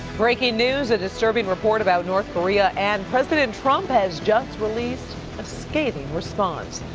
breaking news, a disturbing report about north korea and president trump has just released a scathing response.